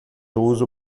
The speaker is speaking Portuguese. uso